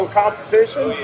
competition